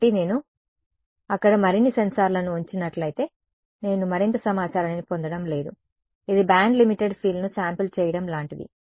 కాబట్టి నేను అక్కడ మరిన్ని సెన్సార్లను ఉంచినట్లయితే నేను మరింత సమాచారాన్ని పొందడం లేదు ఇది బ్యాండ్ లిమిటెడ్ ఫీల్డ్ను శాంపిల్ చేయడం లాంటిది